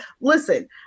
listen